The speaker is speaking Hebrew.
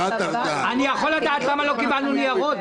אני יכול לדעת למה לא קיבלנו ניירות?